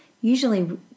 Usually